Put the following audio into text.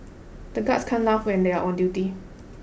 the guards can't laugh when they are on duty